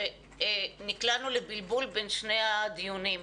שנקלענו לבלבול בין שני הדיונים,